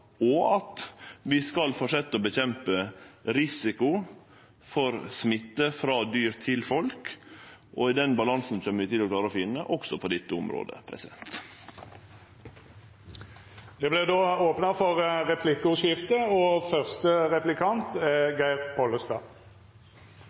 og at vi skal fortsetje å kjempe mot risikoen for smitte frå dyr til folk. Den balansen kjem vi til å klare å finne også på dette området. Det vert replikkordskifte. Det vil jo vera tilsette i Mattilsynet, i politiet og